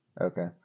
Okay